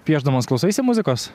piešdamas klausaisi muzikos